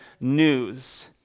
news